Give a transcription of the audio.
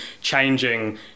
changing